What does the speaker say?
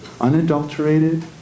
Unadulterated